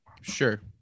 sure